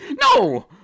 No